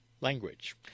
language